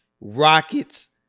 Rockets